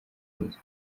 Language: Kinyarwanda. byiza